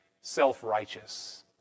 self-righteous